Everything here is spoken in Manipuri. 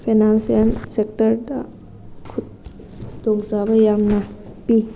ꯐꯥꯏꯅꯥꯟꯁꯤꯌꯦꯜ ꯁꯦꯛꯇꯔꯗ ꯈꯨꯗꯣꯡꯆꯥꯕ ꯌꯥꯝꯅ ꯄꯤ